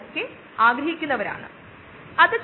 ഇതാണ് fluidised bed ഞാൻ അടുത്തതിലേക്ക് വരാം